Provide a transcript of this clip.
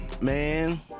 Man